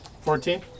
Fourteen